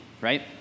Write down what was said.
right